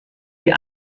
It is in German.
die